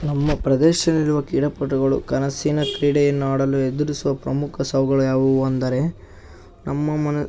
ನಮ್ಮ ಪ್ರದೇಶದಲ್ಲಿರುವ ಕ್ರೀಡಾಪಟುಗಳು ಕನಸಿನ ಕ್ರೀಡೆಯನ್ನಾಡಲು ಎದುರಿಸುವ ಪ್ರಮುಖ ಸವಾಲುಗಳು ಯಾವುವು ಅಂದರೆ ನಮ್ಮ ಮನ